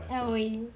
where will you